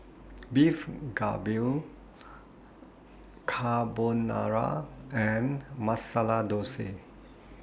Beef Galbi Carbonara and Masala Dosa